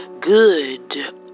good